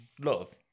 love